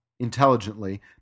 Intelligently